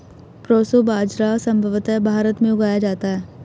proso बाजरा संभवत भारत में उगाया जाता है